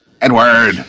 Edward